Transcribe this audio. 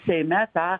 seime tą